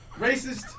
Racist